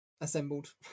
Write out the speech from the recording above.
assembled